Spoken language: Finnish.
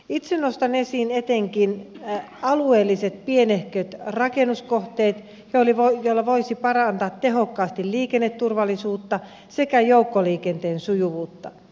itse nostan esiin etenkin alueelliset pienehköt rakennuskohteet joilla voisi parantaa tehokkaasti liikenneturvallisuutta sekä joukkoliikenteen sujuvuutta